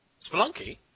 Spelunky